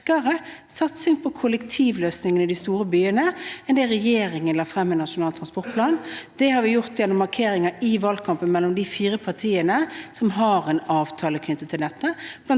satsing på kollektivløsninger i de store byene enn det den forrige regjeringen la frem i Nasjonal transportplan. Det har vi gjort gjennom markeringer i valgkampen mellom de fire partiene som har en avtale knyttet til dette,